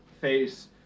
face